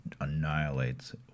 annihilates